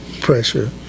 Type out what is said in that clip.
pressure